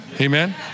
Amen